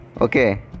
okay